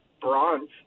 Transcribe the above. bronze